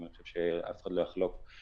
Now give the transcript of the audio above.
אני חושב שאף אחד לא יחלוק,